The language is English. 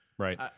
Right